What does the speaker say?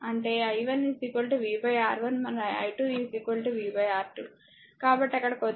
అంటే i1 v R1 మరియు i2 v R2 కాబట్టి అక్కడకు వచ్చేటప్పుడు i 1 v R1